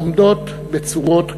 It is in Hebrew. עומדות בצורות כבעבר.